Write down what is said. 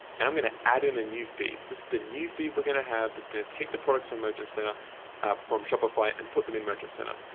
and i'm gonna add in a new feed. this is the new feed we're gonna have that's gonna take the products from merchant center from shopify and put them in merchant center.